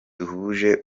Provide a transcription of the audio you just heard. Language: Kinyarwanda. duhuje